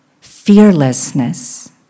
fearlessness